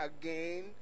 again